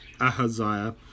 Ahaziah